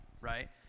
right